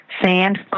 sand